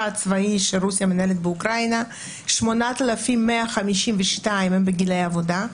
הצבאי שרוסיה מנהלת באוקראינה 8,152 הם בגילאי עבודה,